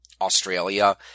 Australia